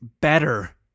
better